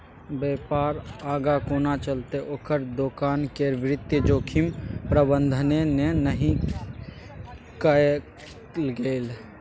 बेपार आगाँ कोना चलतै ओकर दोकान केर वित्तीय जोखिम प्रबंधने नहि कएल छै